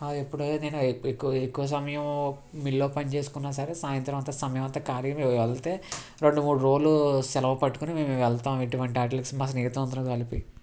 ఎప్పుడైనా ఎక్కువ సమయం మిల్ ఓపెన్ చేసుకున్నా సరే సాయంత్రం అంతా సమయం అంత ఖాళీగా మేము వెళ్తే రెండు మూడు రోజులు సెలవు పెట్టుకోని వెళ్తాం ఇటువంటి వాటికి మా స్నేహితులం అందరితో కలిపి